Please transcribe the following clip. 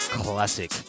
classic